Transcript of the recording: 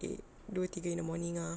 eh dua tiga in the morning ah